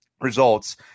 results